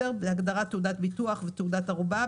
בהגדרה תעודת ביטוח ותעודת ערובה,